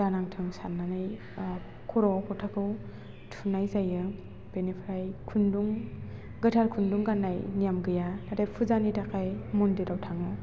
दानांथों सान्नानै खर'आव फोथाखौ थुनाय जायो बेनिफ्राइ खुन्दुं गोथार खुन्दुं गान्नाय नेम गैया नाथाय फुजानि थाखाय मन्दिराव थाङो